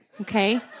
Okay